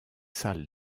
salles